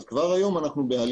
אז כבר היום אנחנו בהליכים,